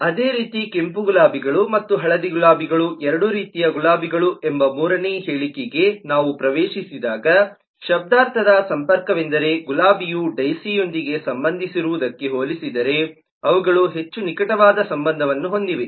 ಅದೇ ರೀತಿ ಕೆಂಪು ಗುಲಾಬಿಗಳು ಮತ್ತು ಹಳದಿ ಗುಲಾಬಿಗಳು ಎರಡೂ ರೀತಿಯ ಗುಲಾಬಿಗಳು ಎಂಬ ಮೂರನೆಯ ಹೇಳಿಕೆಗೆ ನಾವು ಪ್ರವೇಶಿಸಿದಾಗ ಶಬ್ದಾರ್ಥದ ಸಂಪರ್ಕವೆಂದರೆ ಗುಲಾಬಿಯು ಡೈಸಿಯೊಂದಿಗೆ ಸಂಬಂಧಿಸಿರುವುದಕ್ಕೆ ಹೋಲಿಸಿದರೆ ಅವುಗಳು ಹೆಚ್ಚು ನಿಕಟವಾದ ಸಂಬಂಧವನ್ನು ಹೊಂದಿವೆ